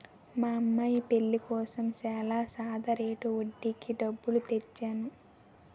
మా అమ్మాయి పెళ్ళి కోసం చాలా సాదా రేటు వడ్డీకి డబ్బులు తెచ్చేను